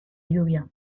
lluvia